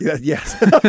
Yes